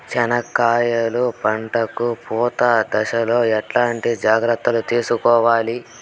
చెనక్కాయలు పంట కు పూత దశలో ఎట్లాంటి జాగ్రత్తలు తీసుకోవాలి?